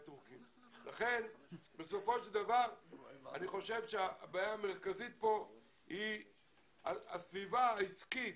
אני חושב שהבעיה המרכזית פה היא הסביבה העסקית